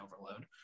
overload